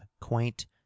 quaint